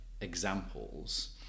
examples